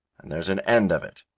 and there's an end of it.